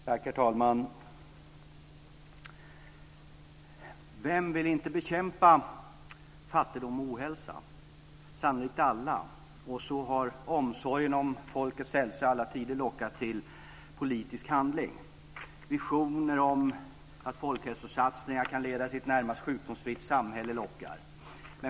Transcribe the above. Herr talman! Vem vill inte bekämpa fattigdom och ohälsa? Sannolikt alla, och så har omsorgen om folkets hälsa i alla tider lockat till politisk handling. Visioner om att folkhälsosatsningar kan leda till ett närmast sjukdomsfritt samhälle lockar.